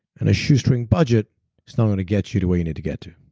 and a shoestring budget is not going to get you to where you need to get to